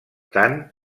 tant